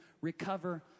recover